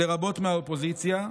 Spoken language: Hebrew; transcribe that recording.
לרבות מהאופוזיציה.